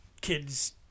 kids